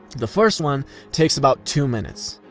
the first one takes about two minutes.